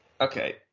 Okay